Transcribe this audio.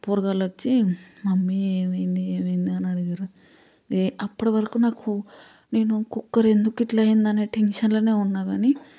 ఇక పోరగాళ్ళు వచ్చి మమ్మీ ఏమైంది ఏమైంది అని అడిగిర్రు అప్పటివరకు నాకు నేను కుక్కర్ ఎందుకు ఇట్ల అయిందనే టెన్షన్లోనే ఉన్నా కానీ